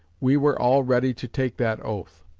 we were all ready to take that oath.